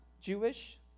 Jewish